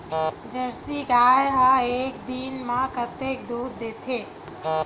Jersey गाय ह एक दिन म कतेकन दूध देथे?